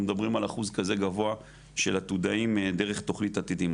מדברים על אחוז כזה גבוה של עתודאים דרך תכנית עתידים.